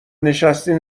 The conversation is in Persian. نشستین